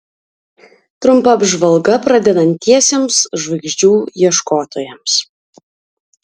trumpa apžvalga pradedantiesiems žvaigždžių ieškotojams